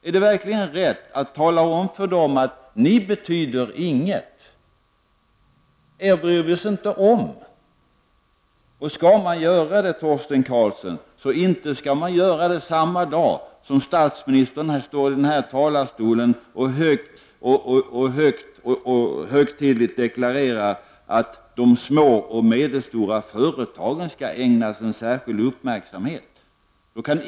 Är det verkligen riktigt att tala om för dem att de inte betyder någonting, att man inte bryr sig om dem? Man bör inte göra det, Torsten Karlsson, samma dag som statsministern står i denna talarstol och högtidligt deklarerar att de små och medelstora företagen skall ägnas en särskild uppmärksamhet.